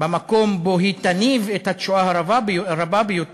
במקום שבו היא תניב את התשואה הרבה ביותר,